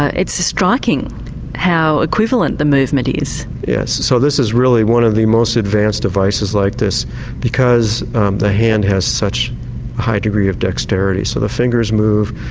ah it's striking how equivalent the movement is. yes. so this is really one of the most advanced devices like this because the hand has such a high degree of dexterity. so the fingers move,